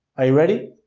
are you ready?